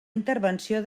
intervenció